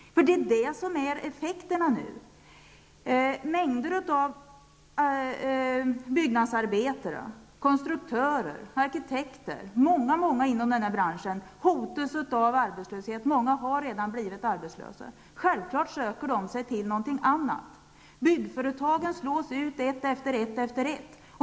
Det blir effekterna nu. Mängder av byggnadsarbetare, konstruktörer och arkitekter, ja många inom denna bransch, hotas av arbetslöshet. Många har redan blivit arbetslösa. Självklart söker de sig till något annat. Byggföretagen slås ut ett efter ett.